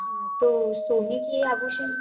हाँ तो सोने के आभूषण